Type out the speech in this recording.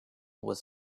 was